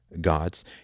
gods